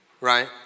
right